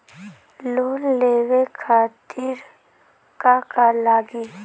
Loan लेवे खातीर का का लगी?